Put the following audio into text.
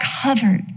covered